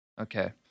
Okay